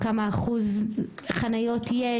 מה אחוז החניות שיש?